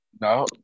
No